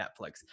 Netflix